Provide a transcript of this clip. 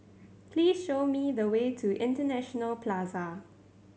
please show me the way to International Plaza